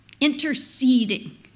interceding